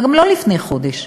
וגם לא לפני חודש,